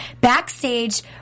backstage